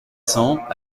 cents